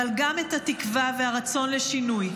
אבל גם את התקווה והרצון לשינוי.